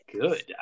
good